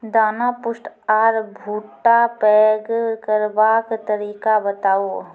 दाना पुष्ट आर भूट्टा पैग करबाक तरीका बताऊ?